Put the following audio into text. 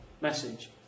message